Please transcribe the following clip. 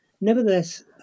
Nevertheless